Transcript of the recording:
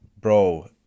bro